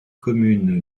commune